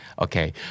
okay